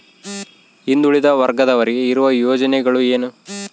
ಹಿಂದುಳಿದ ವರ್ಗದವರಿಗೆ ಇರುವ ಯೋಜನೆಗಳು ಏನು?